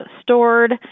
stored